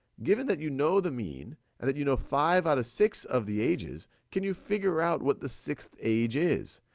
given that you know the mean, and that you know five out of six of the ages, can you figure out what the sixth age is?